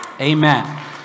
Amen